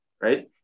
Right